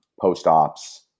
post-ops